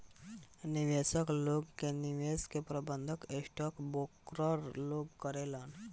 निवेशक लोग के निवेश के प्रबंधन स्टॉक ब्रोकर लोग करेलेन